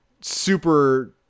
super